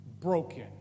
Broken